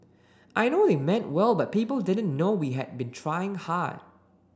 I know they meant well but people didn't know we had been trying hard